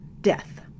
death